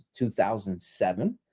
2007